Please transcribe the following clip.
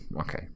okay